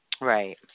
Right